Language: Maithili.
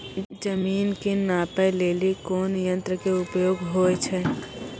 जमीन के नापै लेली कोन यंत्र के उपयोग होय छै?